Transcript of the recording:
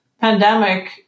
pandemic